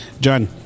John